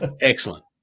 Excellent